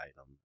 item